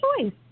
choice